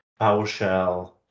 PowerShell